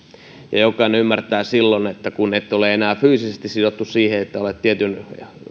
jokainen ymmärtää silloin että kun et ole enää fyysisesti sidottu siihen että olet tietyn